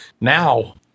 now